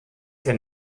den